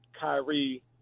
Kyrie